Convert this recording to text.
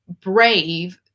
brave